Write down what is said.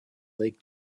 lake